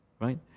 right